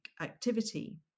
activity